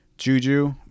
Juju